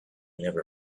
never